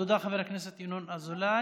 תודה, חבר הכנסת ינון אזולאי.